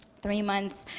three months